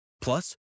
plus